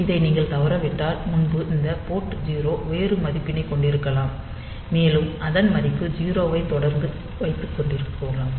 இதை நீங்கள் தவறவிட்டால் முன்பு இந்த போர்ட் 0 வேறு மதிப்பினைக் கொண்டிருந்திருக்கலாம் மேலும் அதன் மதிப்பு 0 ஐத் தொடர்ந்து வைத்து கொண்டிருக்கலாம்